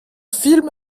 film